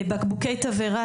בקבוקי תבערה,